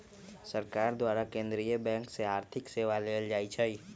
सरकार द्वारा केंद्रीय बैंक से आर्थिक सेवा लेल जाइ छइ